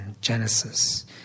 genesis